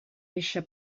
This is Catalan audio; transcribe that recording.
eixa